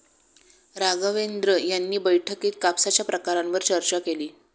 राघवेंद्र यांनी बैठकीत कापसाच्या प्रकारांवर चर्चा केली